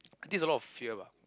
I think it's a lot of fear lah